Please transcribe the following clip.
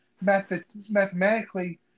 mathematically